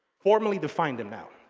formally define them now.